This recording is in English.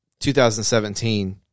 2017